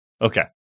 Okay